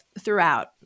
throughout